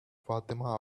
fatima